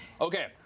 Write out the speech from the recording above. Okay